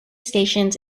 stations